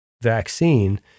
vaccine